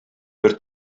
бер